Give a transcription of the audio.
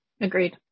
Agreed